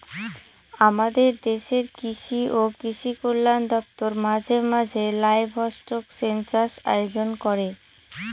আমাদের দেশের কৃষি ও কৃষি কল্যাণ দপ্তর মাঝে মাঝে লাইভস্টক সেনসাস আয়োজন করে